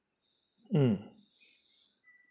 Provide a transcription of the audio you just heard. mm